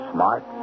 Smart